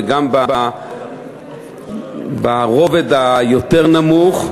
וגם ברובד הנמוך יותר.